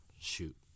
Shoot